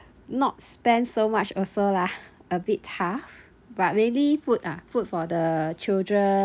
not spend so much also lah a bit tough but mainly food ah food for the children